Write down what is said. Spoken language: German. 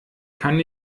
kann